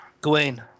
Gawain